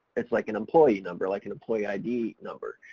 it's like an employee number, like an employee id number.